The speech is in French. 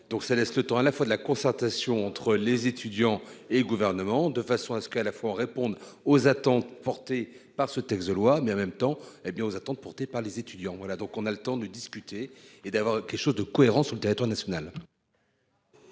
donc ça laisse le temps à la fois de la concertation entre les étudiants et gouvernement de façon à ce que, à la fois on réponde aux attentes porté par ce texte de loi mais en même temps, hé bien aux attentes, porté par les étudiants, voilà, donc on a le temps de discuter et d'avoir quelque chose de cohérent sur le territoire national.